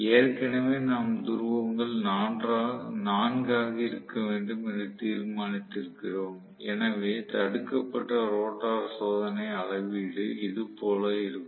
ஏற்கனவே நாம் துருவங்கள் 4 ஆக இருக்க வேண்டும் என்று தீர்மானித்திருக்கிறோம் எனவே தடுக்கப்பட்ட ரோட்டார் சோதனை அளவீடு இது போல இருக்கும்